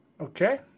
Okay